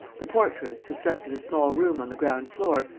the portress, who slept in a small room on the ground-floor,